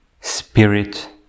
Spirit